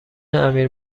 امیر